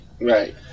Right